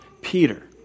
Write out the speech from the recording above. Peter